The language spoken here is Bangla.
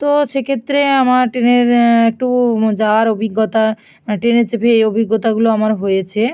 তো সেক্ষেত্রে আমার ট্রেনের একটু যাওয়ার অভিজ্ঞতা ট্রেনে চেপে এই অভিজ্ঞতাগুলো আমার হয়েছে